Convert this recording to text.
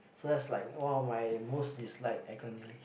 so that's like !wow! my most dislike acronym